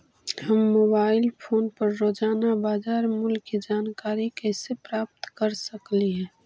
हम mobile phone पर रोजाना बाजार मूल्य के जानकारी कैसे प्राप्त कर सकली हे?